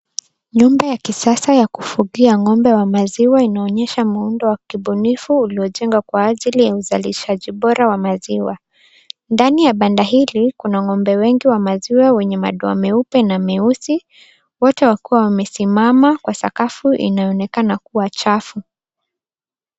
Nyumba ya kisasa ya kufugia ng'ombe wa maziwa inaonyesha muundo wa kibunifu iliyojengwa kwa ajili ya uzalishaji bora wa maziwa. Ndani ya banda hili kuna ng'ombe wengi wa maziwa wenye madoa meupe na meusi. Wote wakiwa wamesimama kwa sakafu inayoonekana kuwa chafu.